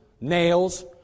nails